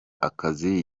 akazi